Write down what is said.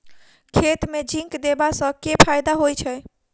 खेत मे जिंक देबा सँ केँ फायदा होइ छैय?